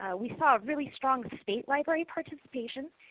ah we saw really strong state library participation.